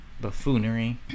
buffoonery